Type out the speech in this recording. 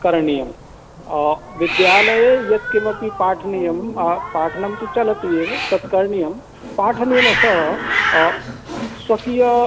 करणीयम् विद्यालये यत्किमपि पाठनीयं पाठनं तु चलति एव तत्करणीयं पाठनेन सह स्वकीयं